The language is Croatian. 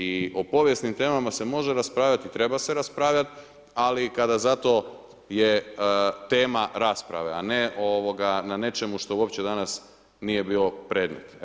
I o povijesnim temama se može raspravljati i treba se raspravljati ali kada za to je tema rasprave, a ne na nečemu što uopće danas nije bio predmet.